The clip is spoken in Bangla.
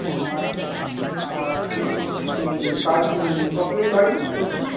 ও আচ্ছা আর কাজ কতদিন লাগবে করতে